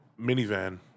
minivan